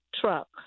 truck